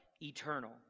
Eternal